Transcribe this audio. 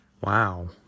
wow